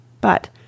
But